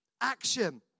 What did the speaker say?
Action